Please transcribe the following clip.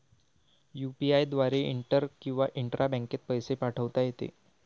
UPI द्वारे inter किंवा intra बँकेत पैसे पाठवता येते